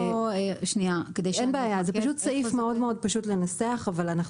זה סעיף מאוד פשוט לנסח אותו אבל אנחנו